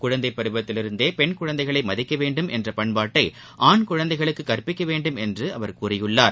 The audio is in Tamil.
குழந்தைபருவத்திலிருந்தேபெண் குழந்தைகளைமதிக்கவேண்டும் என்றபண்பாட்டைஆண்குழந்தைகளுக்குகற்பிக்கவேண்டும் என்றுஅவர் கூறியுள்ளார்